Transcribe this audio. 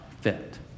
fit